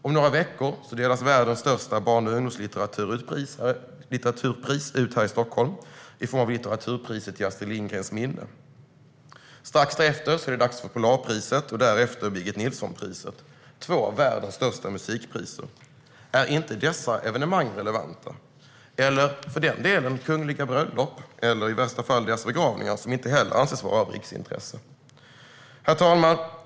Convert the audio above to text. Om några veckor delas världens största barn och ungdomslitteraturpris ut här i Stockholm i form av litteraturpriset till Astrid Lindgrens minne. Strax därefter är det dags för Polarpriset och därefter Birgit Nilsson-priset, två av världens största musikpriser. Är inte dessa evenemang relevanta, eller för den delen kungliga bröllop eller i värsta fall begravningar, något som inte heller anses vara av riksintresse? Herr talman!